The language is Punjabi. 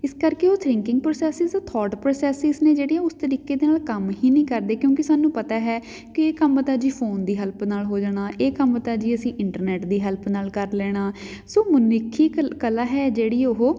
ਇਸ ਕਰਕੇ ਉਹ ਥਿੰਕਿੰਗ ਪ੍ਰੋਸੈਸਿਜ਼ ਥੋਟ ਪ੍ਰੋਸੈਸਿਜ਼ ਨੇ ਜਿਹੜੀਆ ਉਸ ਤਰੀਕੇ ਦੇ ਨਾਲ ਕੰਮ ਹੀ ਨਹੀਂ ਕਰਦੇ ਕਿਉਂਕਿ ਸਾਨੂੰ ਪਤਾ ਹੈ ਕਿ ਇਹ ਕੰਮ ਤਾ ਜੀ ਫੋਨ ਦੀ ਹੈਲਪ ਨਾਲ ਹੋ ਜਾਣਾ ਇਹ ਕੰਮ ਤਾਂ ਜੀ ਅਸੀਂ ਇੰਟਰਨੈਟ ਦੀ ਹੈਲਪ ਨਾਲ ਕਰ ਲੈਣਾ ਸੋ ਮਨੁੱਖੀ ਕਲਾ ਹੈ ਜਿਹੜੀ ਉਹ